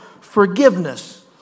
forgiveness